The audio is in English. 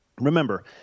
remember